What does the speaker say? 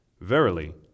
Verily